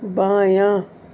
بایاں